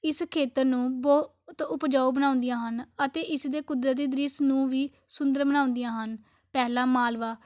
ਇਸ ਖੇਤਰ ਨੂੰ ਬਹੁ ਉਤ ਉਪਜਾਊ ਬਣਾਉਂਦੀਆਂ ਹਨ ਅਤੇ ਇਸ ਦੇ ਕੁਦਰਤੀ ਦ੍ਰਿਸ਼ ਨੂੰ ਵੀ ਸੁੰਦਰ ਬਣਾਉਂਦੀਆਂ ਹਨ ਪਹਿਲਾ ਮਾਲਵਾ